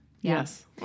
Yes